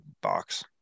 box